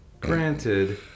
granted